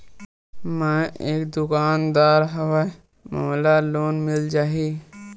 मै एक दुकानदार हवय मोला लोन मिल जाही?